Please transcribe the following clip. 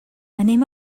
anem